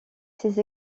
ces